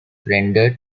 rendered